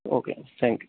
okay thank you